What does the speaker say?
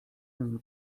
nim